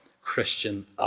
Christian